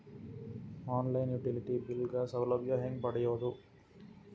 On line utility bill ಗ ಸೌಲಭ್ಯ ಹೇಂಗ ಪಡೆಯೋದು?